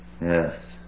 Yes